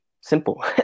simple